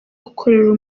gukorera